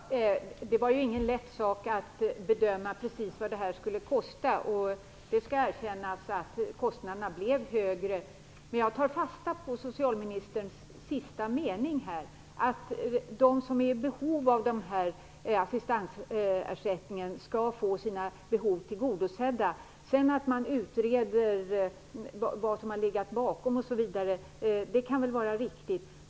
Herr talman! Det var ingen lätt sak att bedöma exakt vad det här skulle kosta. Det skall erkännas att kostnaderna blev högre. Men jag tar fasta på socialministerns sista mening om att de som är i behov av assistansersättningen skall få sina behov tillgodosedda. Att man sedan utreder vad som har legat bakom osv. kan väl vara riktigt.